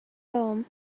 palm